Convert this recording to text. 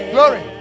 Glory